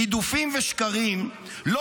גידופים ושקרים לא